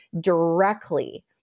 directly